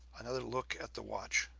another look at the watch,